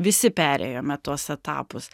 visi perėjome tuos etapus